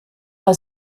bei